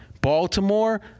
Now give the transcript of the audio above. Baltimore